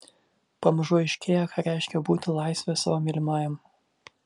pamažu aiškėja ką reiškia būti laisve savo mylimajam